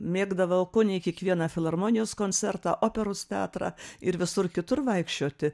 mėgdavau kone kiekvieną filharmonijos koncertą operos teatrą ir visur kitur vaikščioti